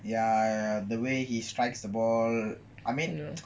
ya the way he strikes the ball I mean